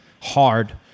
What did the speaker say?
Hard